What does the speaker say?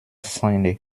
seine